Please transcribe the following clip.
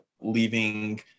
leaving